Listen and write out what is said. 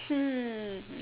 hmm